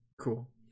Cool